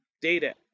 Data